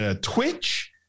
twitch